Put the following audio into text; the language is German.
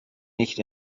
nicht